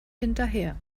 hinterher